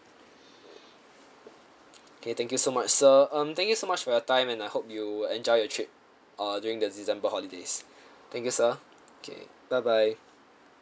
okay thank you so much sir um thank you so much for your time and I hope you enjoy your trip uh during the december holidays thank you sir okay bye bye